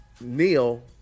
Neil